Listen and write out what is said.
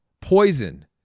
poison